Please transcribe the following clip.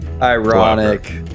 Ironic